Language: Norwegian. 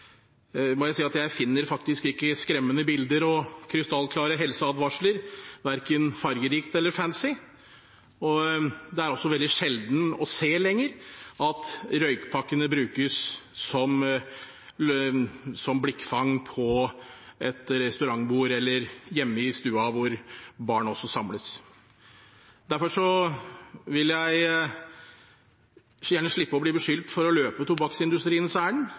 må jeg si at jeg finner ikke skremmende bilder og krystallklare helseadvarsler verken fargerike eller fancy. Det er også veldig sjelden å se lenger at røykpakkene brukes som blikkfang på et restaurantbord eller hjemme i stua, hvor også barn samles. Derfor vil jeg så gjerne slippe å bli beskyldt for å løpe tobakksindustriens